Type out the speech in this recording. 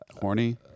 Horny